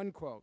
unquote